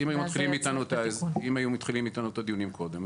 אם היו מתחילים איתנו את הדיונים קודם,